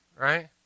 right